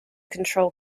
control